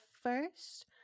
first